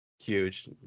huge